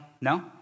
No